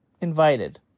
invited